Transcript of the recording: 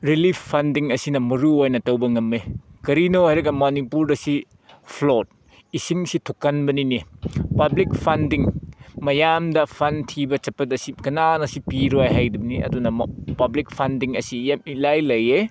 relief funding ꯑꯁꯤꯅ ꯃꯔꯨ ꯑꯣꯏꯅ ꯇꯧꯕ ꯉꯝꯃꯦ ꯀꯔꯤꯅꯣ ꯍꯥꯏꯔꯒ ꯃꯅꯤꯄꯨꯔꯗ ꯁꯤ ꯐ꯭ꯂꯠ ꯏꯁꯤꯡꯁꯤ ꯊꯣꯛꯀꯟꯕꯅꯤꯅꯦ ꯄꯥꯕ꯭ꯂꯤꯛ ꯐꯟꯗꯤꯡ ꯃꯌꯥꯝꯗ ꯐꯟ ꯊꯤꯕ ꯆꯠꯄꯗ ꯁꯤ ꯀꯅꯥꯅꯁꯨ ꯄꯤꯔꯣꯏ ꯍꯥꯏꯗꯕꯅꯤ ꯑꯗꯨꯅ ꯄꯥꯕ꯭ꯂꯤꯛ ꯐꯟꯗꯤꯡ ꯑꯁꯤ ꯌꯥꯝ ꯏꯂꯥꯏ ꯂꯥꯏꯌꯦ